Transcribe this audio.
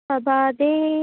प्रभाते